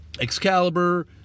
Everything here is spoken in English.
Excalibur